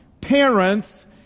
parents